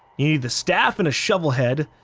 you need the staff and a shovel head,